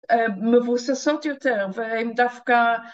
מבוססות יותר, והן דווקא